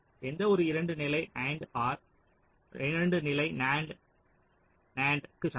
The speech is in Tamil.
எந்தவொரு 2 நிலை AND OR 2 நிலை NAND NAND க்கு சமம்